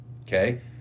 Okay